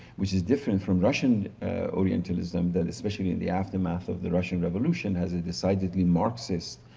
which is different from russian orientalism, that especially in the aftermath of the russian revolution as it decidedly marxist